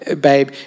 babe